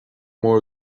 mór